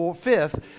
Fifth